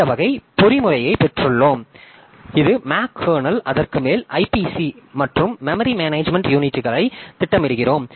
இந்த வகை பொறிமுறையை பெற்றுள்ளோம் இது மேக் கர்னல் அதற்கு மேல் ஐபிசி மற்றும் மெமரி மேனேஜ்மென்ட் யூனிட்களை திட்டமிடுகிறோம்